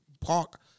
park